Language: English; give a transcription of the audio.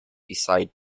beside